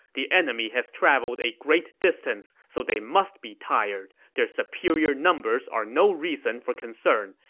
the enemy has traveled a great distance, so they must be tired. their superior numbers are no reason for concern.